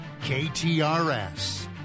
KTRS